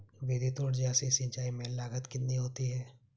विद्युत ऊर्जा से सिंचाई में लागत कितनी होती है?